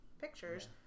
pictures